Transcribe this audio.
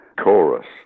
chorus